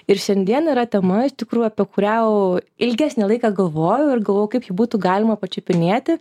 ir šiandien yra tema iš tikrųjų apie kurią jau ilgesnį laiką galvojau ir galvojau kaip ją būtų galima pačiupinėti